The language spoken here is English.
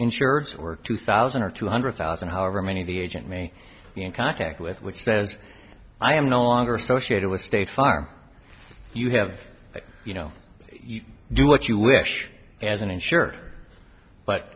insurers or two thousand or two hundred thousand however many of the agent may be in contact with which said i am no longer associated with state farm you have you know you do what you wish as an insured but